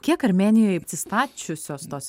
kiek armėnijoj atsistačiusios tos